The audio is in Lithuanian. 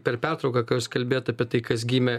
per pertrauką ką jūs kalbėjot apie tai kas gimė